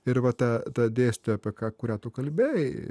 ir va ta ta dėstytoja apie ką kurią tu kalbėjai